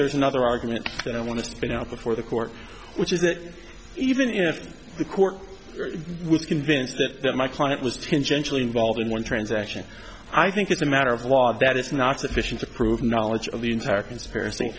there's another argument that i want to spit out before the court which is that even if the court was convinced that my client was generally involved in one transaction i think it's a matter of law that it's not sufficient to prove knowledge of the entire conspiracy